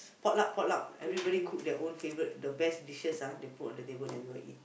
potluck potluck everybody cook their own favourite the best dishes ah they put on the table then we all eat